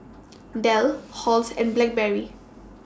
Dell Halls and Blackberry